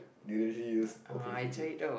they actually use OkCupid